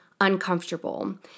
uncomfortable